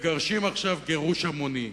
מגרשים עכשיו גירוש המוני.